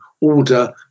order